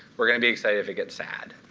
we're going to be excited if it gets sad.